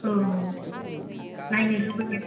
औ नायनो लुबैयो